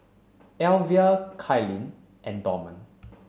Alyvia Kylene and Dorman